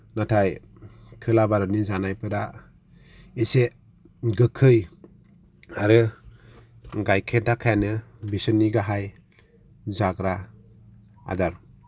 नाथाय खोला भारतनि जानायफोरा इसे गोखै आरो गाइखेर दाखायानो बिसोरनि गाहाय जाग्रा आदार